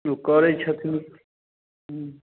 ओ करय छथिन हुँ